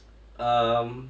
um